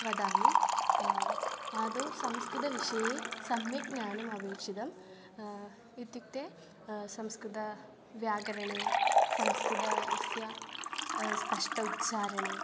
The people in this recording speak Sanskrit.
वदामि आदौ संस्कृतविषये सम्यक् ज्ञानम् अपेक्षितम् इत्युक्ते संस्कृतव्याकरणे संस्कृतस्य स्पष्टोच्छारणे